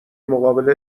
مقابل